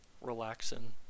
relaxing